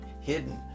hidden